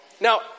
Now